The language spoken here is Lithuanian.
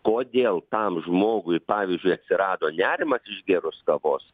kodėl tam žmogui pavyzdžiui atsirado nerimas išgėrus kavos